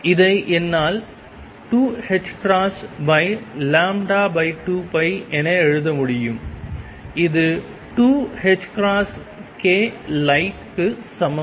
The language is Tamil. இதை என்னால் 2ℏ2π என எழுத முடியும் அது 2ℏklight க்கு சமம்